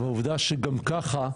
ועובדה שגם ככה,